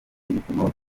ibipimo